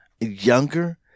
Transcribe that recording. younger